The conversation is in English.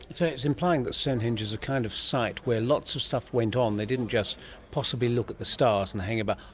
it's implying that stonehenge is a kind of site where lots of stuff went on, they didn't just possibly look at the stars and hang about.